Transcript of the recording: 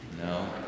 No